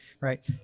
Right